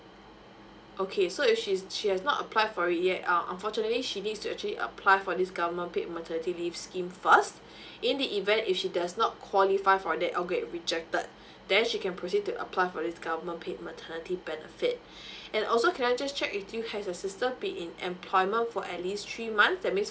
okay so if she's she has not apply for it yet uh unfortunately she needs to actually apply for this government paid maternity leave scheme first in the event if she does not qualify for that or get rejected then she can proceed to apply for this government paid maternity benefit and also can I just check with you has your sister paid in employment for at least three months that means